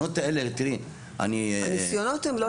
הניסיונות אלה --- הניסיונות הם לא לרעה.